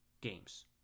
games